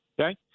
okay